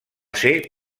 ser